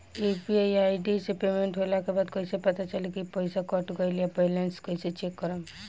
UPI ID से payment होला के बाद कइसे पता चली की पईसा कट गएल आ बैलेंस कइसे चेक करम?